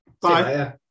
Bye